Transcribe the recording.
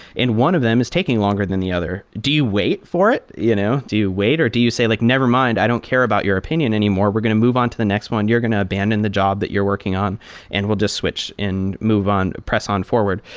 and one of them is taking longer than the other. do you wait for it? you know do you wait or do you say like, never mind. i don't care about your opinion anymore. we're going to move on to the next one. you're going to abandon the job that you're working on and we'll just switch and move on, press on forward.